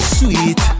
sweet